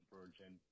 Virgin